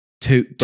Two